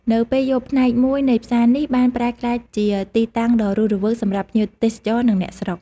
នៅពេលយប់ ផ្នែកមួយនៃផ្សារនេះបានប្រែក្លាយជាទីតាំងដ៏រស់រវើកសម្រាប់ភ្ញៀវទេសចរ និងអ្នកស្រុក។